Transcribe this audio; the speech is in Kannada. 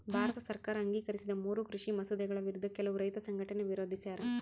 ಭಾರತ ಸರ್ಕಾರ ಅಂಗೀಕರಿಸಿದ ಮೂರೂ ಕೃಷಿ ಮಸೂದೆಗಳ ವಿರುದ್ಧ ಕೆಲವು ರೈತ ಸಂಘಟನೆ ವಿರೋಧಿಸ್ಯಾರ